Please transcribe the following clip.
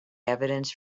evidence